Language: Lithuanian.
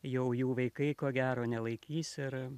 jau jų vaikai ko gero nelaikys ir